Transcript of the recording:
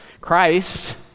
Christ